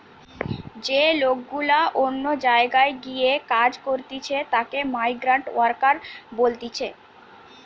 যে লোক গুলা অন্য জায়গায় গিয়ে কাজ করতিছে তাকে মাইগ্রান্ট ওয়ার্কার বলতিছে